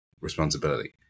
responsibility